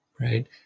Right